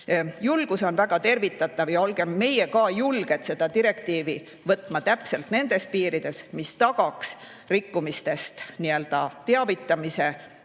Julgus on väga tervitatav. Olgem ka julged seda direktiivi võtma täpselt nendes piirides, mis tagaks rikkumistest teavitamise